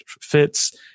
fits